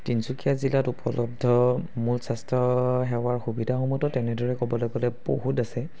তিনিচুকীয়া জিলাত উপলব্ধ মুল স্বাস্থ্য সেৱাৰ সুবিধাসমূহটো তেনেদৰে ক'বলৈ গ'লে বহুত আছে